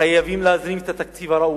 חייבים להזרים את התקציב הראוי,